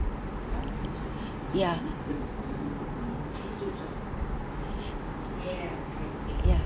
ya ya